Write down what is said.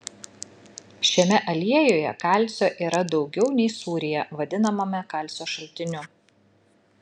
šiame aliejuje kalcio yra daugiau nei sūryje vadinamame kalcio šaltiniu